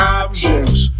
objects